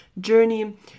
journey